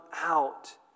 out